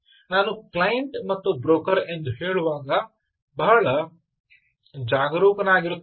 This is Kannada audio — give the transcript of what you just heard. ನಾನು ಕ್ಲೈಂಟ್ ಮತ್ತು ಬ್ರೋಕರ್ ಎಂದು ಹೇಳುವಾಗ ಬಹಳ ಜಾಗರೂಕನಾಗಿರುತ್ತೇನೆ